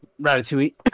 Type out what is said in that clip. Ratatouille